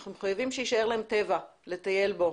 אנחנו מחויבים שיישאר להם טבע לטייל בו.